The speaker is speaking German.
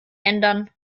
ändern